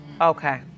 Okay